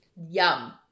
Yum